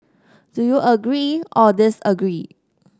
do you agree or disagree